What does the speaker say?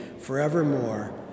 forevermore